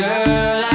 Girl